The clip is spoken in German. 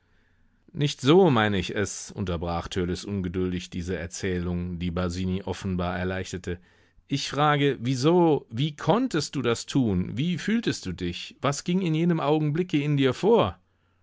nicht so meine ich es unterbrach törleß ungeduldig diese erzählung die basini offenbar erleichterte ich frage wieso wie konntest du das tun wie fühltest du dich was ging in jenem augenblick in dir vor